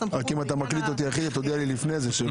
הסיפה החל במילים "ואם לא הוקמה"